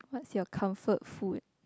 what's your comfort food